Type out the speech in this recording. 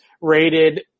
rated